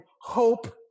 hope